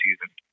season